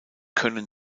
können